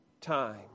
time